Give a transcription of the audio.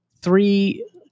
three